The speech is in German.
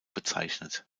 bezeichnet